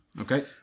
Okay